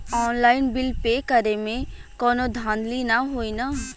Online bill pay करे में कौनो धांधली ना होई ना?